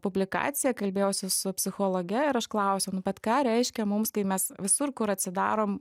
publikaciją kalbėjausi su psichologe ir aš klausiau nu bet ką reiškia mums kai mes visur kur atsidarom